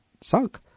sunk